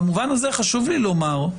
במובן הזה חשוב לי לומר,